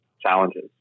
challenges